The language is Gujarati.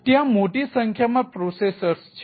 તેથી ત્યાં મોટી સંખ્યામાં પ્રોસેસર્સ છે